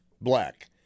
black